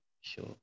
sure